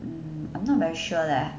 mm I'm not very sure leh